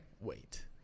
Wait